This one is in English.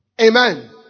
Amen